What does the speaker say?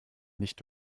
nicht